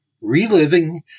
Reliving